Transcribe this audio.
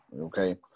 okay